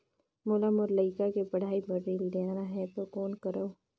मोला मोर लइका के पढ़ाई बर ऋण लेना है तो कौन करव?